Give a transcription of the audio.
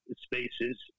spaces